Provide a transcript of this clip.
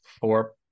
four